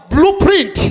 blueprint